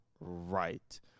right